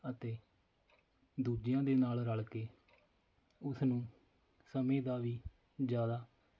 ਅਤੇ ਦੂਜਿਆਂ ਦੇ ਨਾਲ ਰਲ ਕੇ ਉਸ ਨੂੰ ਸਮੇਂ ਦਾ ਵੀ ਜ਼ਿਆਦਾ